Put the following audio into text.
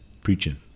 preaching